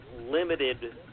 limited